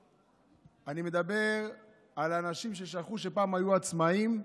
אני מדבר על אנשים ששכחו שפעם הם היו עצמאים,